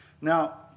Now